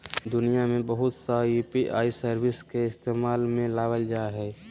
दुनिया में बहुत सा यू.पी.आई सर्विस के इस्तेमाल में लाबल जा हइ